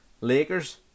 lakers